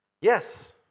Yes